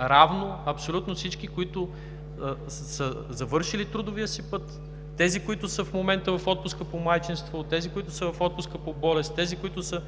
равно абсолютно всички, които са завършили трудовия си път, тези, които в момента са в отпуск по майчинство, тези, които са в отпуск по болест, тези, които са